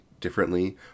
differently